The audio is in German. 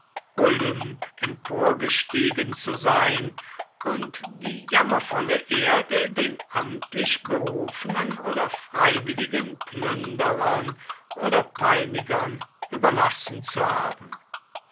olymp emporgestiegen zu sein und die jammervolle erde den amtlich berufenen oder freiwilligen plünderern oder peinigern überlassen zu haben